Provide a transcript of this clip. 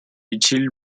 utile